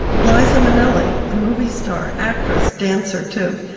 liza minnelli, a movie star, actress, dancer too.